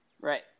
Right